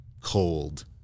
cold